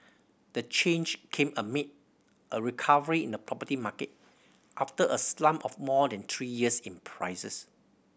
the change came amid a recovery in the property market after a slump of more than three years in prices